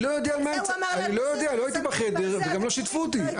אני לא יודע, לא הייתי בחדר, גם לא שיתפו אותי.